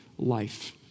life